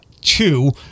two